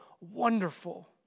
wonderful